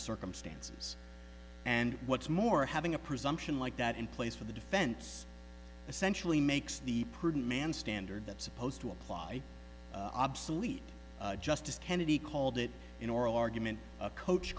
circumstances and what's more having a presumption like that in place for the defense essentially makes the prudent man standard that's supposed to apply obsolete justice kennedy called it in oral argument a coach